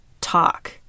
talk